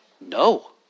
No